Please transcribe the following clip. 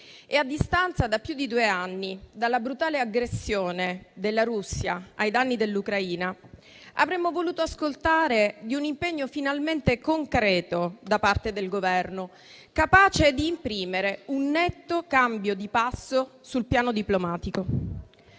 e, a distanza da più di due anni dalla brutale aggressione della Russia ai danni dell'Ucraina, avremmo voluto ascoltare di un impegno finalmente concreto da parte del Governo, capace di imprimere un netto cambio di passo sul piano diplomatico.